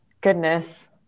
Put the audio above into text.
goodness